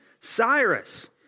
Cyrus